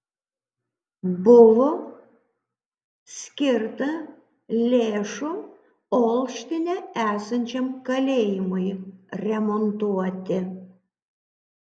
buvo skirta lėšų olštine esančiam kalėjimui remontuoti